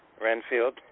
Renfield